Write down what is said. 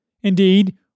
Indeed